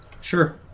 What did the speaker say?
Sure